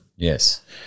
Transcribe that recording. Yes